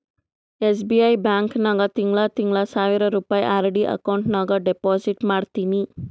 SBI bank ನಾಗ್ ತಿಂಗಳಾ ತಿಂಗಳಾ ಸಾವಿರ್ ರುಪಾಯಿ ಆರ್.ಡಿ ಅಕೌಂಟ್ ನಾಗ್ ಡೆಪೋಸಿಟ್ ಮಾಡ್ತೀನಿ